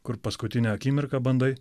kur paskutinę akimirką bandai